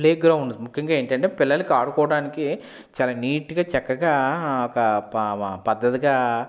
playgrounds ముఖ్యంగా ఏంటంటే పిల్లలకి ఆడుకోవడానికి చాలా నీట్గా చక్కగా ఒక పద్ధతిగా